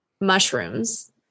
mushrooms